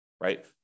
right